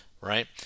right